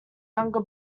younger